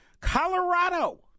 Colorado